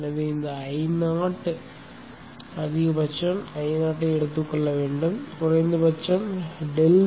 எனவே இந்த Io அதிகபட்சம் Io ஐ எடுத்துக் கொள்ள வேண்டும் குறைந்த பட்சம் ∆Vrmin